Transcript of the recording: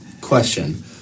question